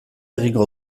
egingo